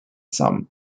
some